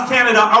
Canada